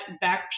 back